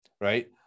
right